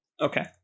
Okay